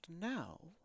now